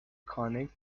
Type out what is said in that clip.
connect